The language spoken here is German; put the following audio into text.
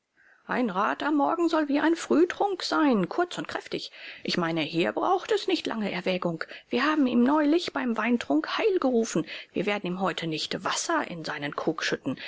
ein rat am morgen soll wie ein frühtrunk sein kurz und kräftig ich meine hier braucht es nicht lange erwägung wir haben ihm neulich beim weintrunk heil gerufen wir werden ihm heute nicht wasser in seinen krug schütten